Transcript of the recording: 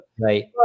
Right